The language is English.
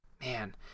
man